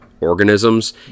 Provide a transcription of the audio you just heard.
organisms